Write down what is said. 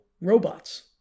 robots